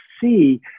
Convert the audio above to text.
see